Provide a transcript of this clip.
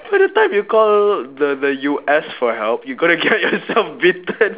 by the time you call the the U_S for help you're gonna get yourself bitten